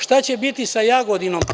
Šta će biti sa Jagodinom?